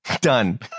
Done